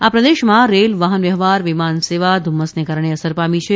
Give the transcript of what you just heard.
આ પ્રદેશમાં રેલ વાહન વ્યવહાર અને વિમાન સેવા ધુમ્મસને કારણે અસર પામી છે